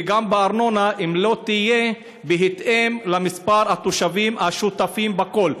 וגם בארנונה אם לא תהיה בהתאם למספר התושבים השותפים בכול.